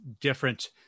different